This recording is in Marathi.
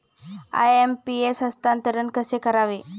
आय.एम.पी.एस हस्तांतरण कसे करावे?